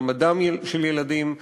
מעמדם של ילדים,